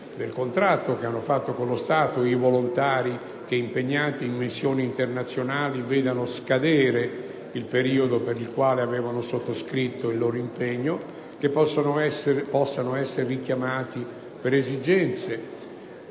del contratto sottoscritto con lo Stato i volontari che, impegnati in missioni internazionali, vedano scadere il periodo per il quale avevano confermato il loro dovere, e che possa essere richiamato per esigenze